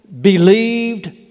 believed